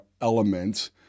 elements